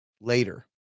later